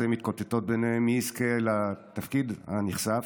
מתקוטטות ביניהן מי יזכה בתפקיד הנכסף,